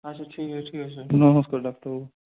আচ্ছা ঠিক আছে ঠিক আছে নমস্কার ডাক্তারবাবু